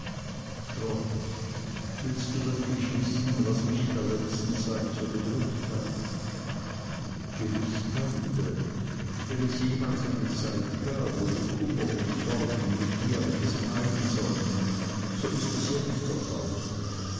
trot willst du wirklich wissen was mich in der letzten zeit so bedrückt hat gewiß tante wenn es jemals eine zeit gab wo du kummer und sorgen mit mir hättest teilen sollen so ist es jetzt der fall